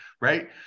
Right